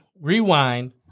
rewind